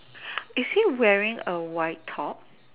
is he wearing a white top